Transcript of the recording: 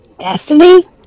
destiny